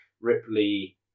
Ripley